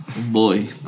Boy